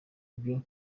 byo